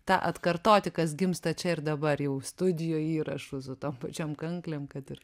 tą atkartoti kas gimsta čia ir dabar jau studijoj įrašų su tom pačiom kanklėm kad ir